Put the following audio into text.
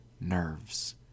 nerves